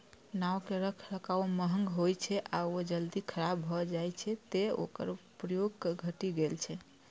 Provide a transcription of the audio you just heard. नाव के रखरखाव महग होइ छै आ ओ जल्दी खराब भए जाइ छै, तें ओकर प्रयोग घटि गेल छै